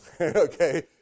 okay